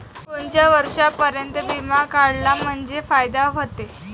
कोनच्या वर्षापर्यंत बिमा काढला म्हंजे फायदा व्हते?